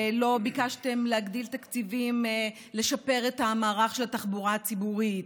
לא ביקשתם להגדיל תקציבים לשפר את המערך של התחבורה הציבורית,